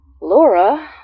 Laura